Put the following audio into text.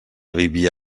vivia